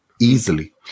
easily